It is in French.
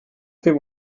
fais